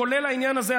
כולל העניין הזה,